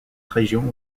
région